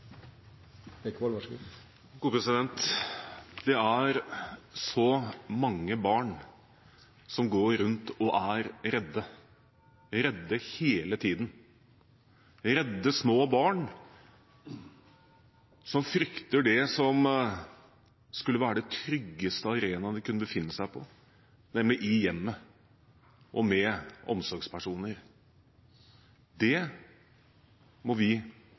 Det er så mange barn som går rundt og er redde. De er redde hele tiden. De er redde små barn som frykter det som skulle være den tryggeste arenaen de kunne befinne seg på, nemlig hjemmet og omsorgspersonene der. Det må vi